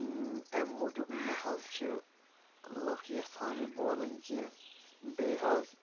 اَمہِ موٗجوٗب نہ حظ چھِ لٕکھ یژھان یہِ بولٕنۍ کینٛہہ بیٚیہِ حظ